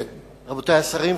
רבותי השרים,